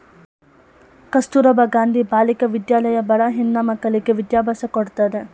ಕಸ್ತೂರಬಾ ಗಾಂಧಿ ಬಾಲಿಕಾ ವಿದ್ಯಾಲಯ ಬಡ ಹೆಣ್ಣ ಮಕ್ಕಳ್ಳಗೆ ವಿದ್ಯಾಭ್ಯಾಸ ಕೊಡತ್ತದೆ